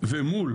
ומול